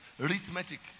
Arithmetic